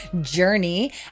journey